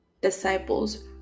disciples